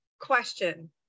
question